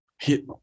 hit